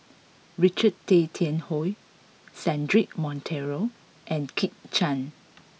Richard Tay Tian Hoe Cedric Monteiro and Kit Chan